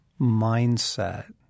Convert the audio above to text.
mindset